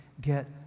Get